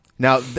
Now